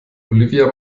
olivia